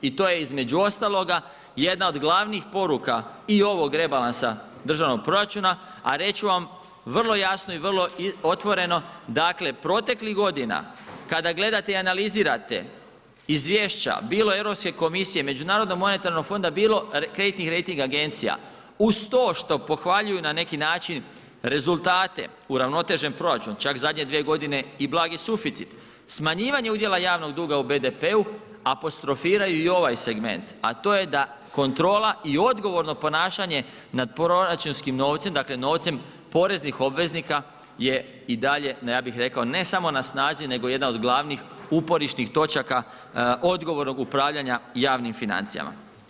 I to je između ostaloga jedna od glavnih poruka i ovog rebalansa državnog proračuna a reći ću vam vrlo jasno i vrlo otvoreno, dakle proteklih godina kada gledate i analizirate izvješće bilo Europske komisije, Međunarodnog monetarnog fonda bilo kreditnih rejting agencija uz to što pohvaljuju na neki način rezultate uravnotežen proračun čak zadnje dvije godine i blagi suficit, smanjivanje udjela javnog duga u BDP-u apostrofiraju i ovaj segment, a to je da kontrola i odgovorno ponašanje nad proračunskim novcem, dakle novcem poreznih obveznika i je i dalje ja bih rekao ne samo na snazi nego jedna od glavnih uporišnih točaka odgovornog upravljanja javnim financijama.